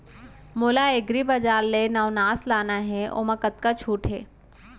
मोला एग्रीबजार ले नवनास लेना हे ओमा कतका छूट हे?